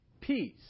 peace